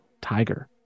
tiger